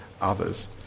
others